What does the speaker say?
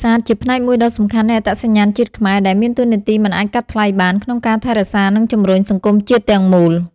អ្នកនេសាទ ជាផ្នែកមួយដ៏សំខាន់នៃអត្តសញ្ញាណជាតិខ្មែរ ដែលមានតួនាទីមិនអាចកាត់ថ្លៃបាន ក្នុងការថែរក្សា និងជំរុញសង្គមជាតិទាំងមូល។